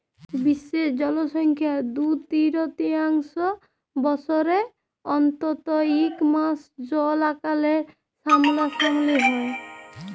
বিশ্বের জলসংখ্যার দু তিরতীয়াংশ বসরে অল্তত ইক মাস জল আকালের সামলাসামলি হ্যয়